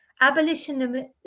Abolitionism